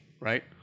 right